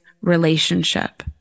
relationship